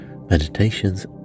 meditations